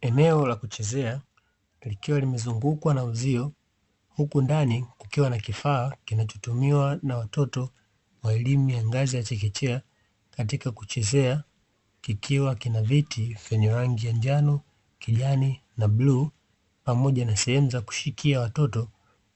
Eneo la kuchezea, likiwa limezungukwa na uzio, huku ndani kukiwa na kifaa kinacho tumiwa na watoto wa elimu ya ngazi ya chekechea katika kuchezea, kikiwa kina viti vyenye rangi ya njano, kijani na bluu, pamoja na sehemu za kushikia watoto